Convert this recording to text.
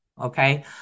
Okay